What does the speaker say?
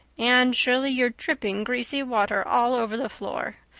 anne shirley, you're dripping greasy water all over the floor.